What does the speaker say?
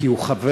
כי הוא חבר.